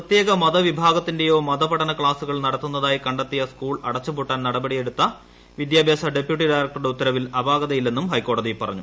പ്രത്യേക മതവിഭാഗത്തിന്റേതായ മതപഠന ക്ലാസുകൾ നടത്തുന്നതായി കണ്ടെത്തിയ സ്കൂൾ അടച്ചുപൂട്ടാൻ നടപടിയെടുത്ത വിദ്യാഭ്യൂർസ ഡെപ്യൂട്ടി ഡയറക്ടറുടെ ഉത്തരവിൽ അപാകതയില്ലെന്നുംഹൈക്കോടതി പറഞ്ഞു